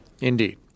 indeed